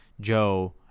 Joe